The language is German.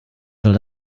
soll